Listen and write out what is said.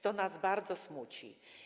To nas bardzo smuci.